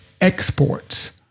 exports